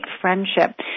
friendship